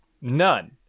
None